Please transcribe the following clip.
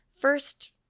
first